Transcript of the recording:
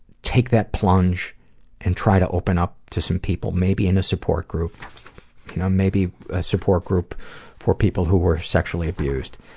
take that plunge and try to open up to some people, maybe in a support group you know maybe a support group for people who were sexually abused.